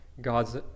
God's